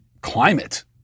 climate